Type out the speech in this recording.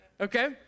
okay